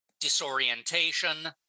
disorientation